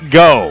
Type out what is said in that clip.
go